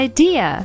Idea